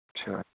अच्छा